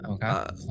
Okay